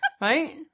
right